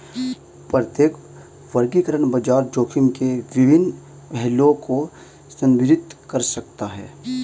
प्रत्येक वर्गीकरण बाजार जोखिम के विभिन्न पहलुओं को संदर्भित कर सकता है